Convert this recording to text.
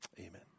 Amen